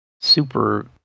Super